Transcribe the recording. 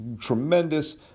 tremendous